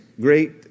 great